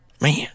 Man